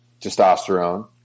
testosterone